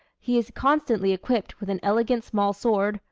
he is constantly equipped with an elegant small-sword,